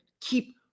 keep